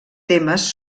temes